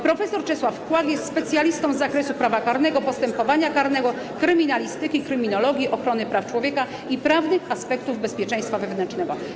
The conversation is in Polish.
Prof. Czesław Kłak jest specjalistą z zakresu prawa karnego, postępowania karnego, kryminalistyki, kryminologii, ochrony praw człowieka i prawnych aspektów bezpieczeństwa wewnętrznego.